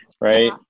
Right